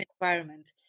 environment